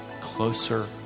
closer